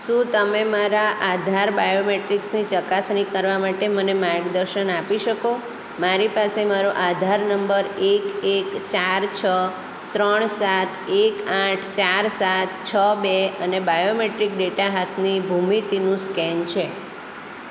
શું તમે મારા આધાર બાયોમેટ્રિક્સની ચકાસણી કરવા માટે મને માર્ગદર્શન આપી શકો મારી પાસે મારો આધાર નંબર એક એક ચાર છ ત્રણ સાત એક આઠ ચાર સાત છ બે અને બાયોમેટ્રિક ડેટા હાથની ભૂમિતિનું સ્કેન છે